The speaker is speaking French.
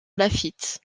lafitte